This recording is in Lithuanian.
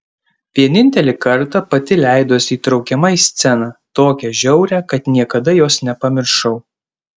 vienintelį kartą pati leidosi įtraukiama į sceną tokią žiaurią kad niekada jos nepamiršau